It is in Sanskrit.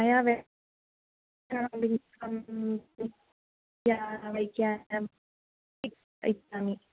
मया वे